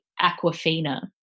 Aquafina